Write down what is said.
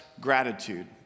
gratitude